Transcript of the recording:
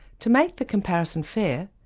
to make the comparison fair,